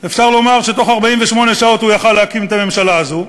אפשר לומר שבתוך 48 שעות הוא היה יכול להקים את הממשלה הזאת,